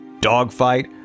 Dogfight